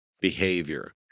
behavior